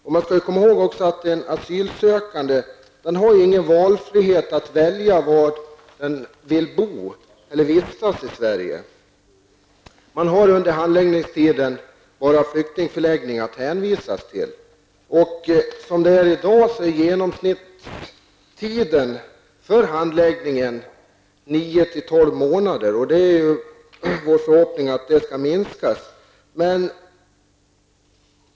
Vi skall också komma ihåg att den asylsökande inte har någon möjlighet att välja var han skall bo eller vistas i Sverige. Under handläggningstiden är de asylsökande hänvisade till flyktinganläggningar. I månader, även om det är vår förhoppning att den tiden skall kunna minskas.